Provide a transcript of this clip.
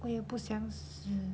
我也不想死